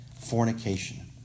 fornication